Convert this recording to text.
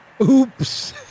Oops